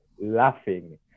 laughing